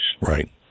Right